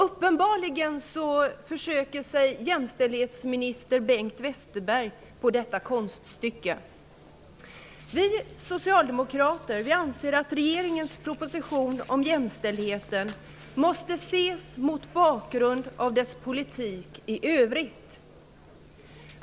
Uppenbarligen försöker sig jämställdhetsminister Bengt Westerberg på detta konststycke. Vi socialdemokrater anser att regeringens proposition om jämställdheten måste ses mot bakgrund av dess politik i övrigt.